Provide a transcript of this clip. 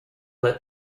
let